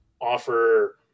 Offer